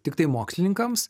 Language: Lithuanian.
tiktai mokslininkams